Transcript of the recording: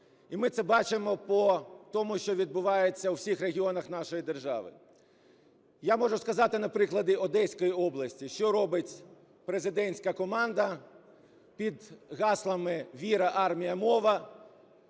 І ми це бачимо по тому, що відбувається у всіх регіонах нашої держави. Я можу сказати на прикладі Одеської області, що робить президентська команда під гаслами "Віра. Армія. Мова",